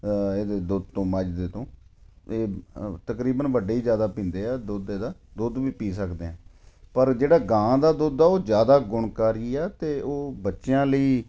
ਇਹਦੇ ਦੁੱਧ ਤੋਂ ਮੱਝ ਦੇ ਤੋਂ ਅਤੇ ਤਕਰੀਬਨ ਵੱਡੇ ਹੀ ਜ਼ਿਆਦਾ ਪੀਂਦੇ ਆ ਦੁੱਧ ਇਹਦਾ ਦੁੱਧ ਵੀ ਪੀ ਸਕਦੇ ਆ ਪਰ ਜਿਹੜਾ ਗਾਂ ਦਾ ਦੁੱਧ ਆ ਉਹ ਜ਼ਿਆਦਾ ਗੁਣਕਾਰੀ ਆ ਅਤੇ ਉਹ ਬੱਚਿਆਂ ਲਈ